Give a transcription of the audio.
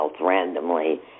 randomly